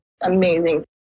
Amazing